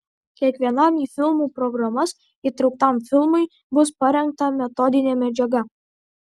kiekvienam į filmų programas įtrauktam filmui bus parengta metodinė medžiaga